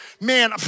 man